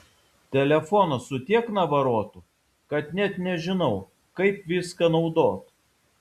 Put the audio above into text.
telefonas su tiek navarotų kad net nežinau kaip viską naudot